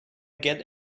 get